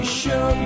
show